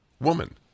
woman